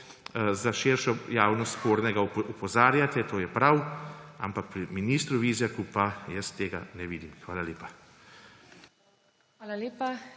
za širšo javnost spornega, opozarjate. To je prav, ampak pri ministru Vizjaku pa tega ne vidim. Hvala lepa.